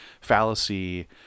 fallacy